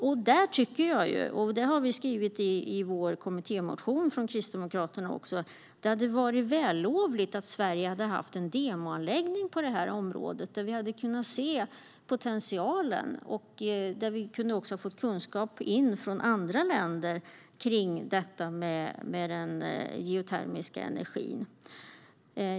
Jag tycker - och vi i Kristdemokraterna har också skrivit i vår kommittémotion - att det hade varit vällovligt om Sverige hade haft en demoanläggning på detta område, där vi hade kunnat se potentialen och få kunskap från andra länder om detta med geotermisk energi.